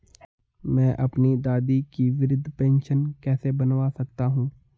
मैं अपनी दादी की वृद्ध पेंशन कैसे बनवा सकता हूँ?